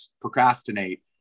procrastinate